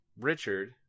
Richard